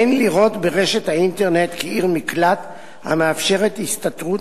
אין לראות ברשת האינטרנט "עיר מקלט" המאפשרת הסתתרות